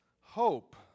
hope